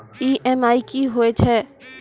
EMI कि होय छै?